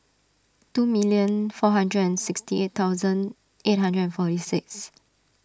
two million four hundred and sixty eight thousand eight hundred and forty six